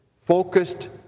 focused